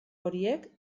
horiek